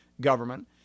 government